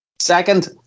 Second